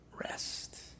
rest